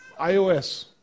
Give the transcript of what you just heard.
iOS